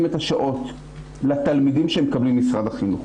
את השעות לתלמידים שהם מקבלים ממשרד החינוך.